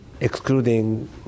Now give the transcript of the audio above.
excluding